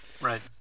Right